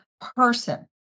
person